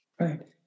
Right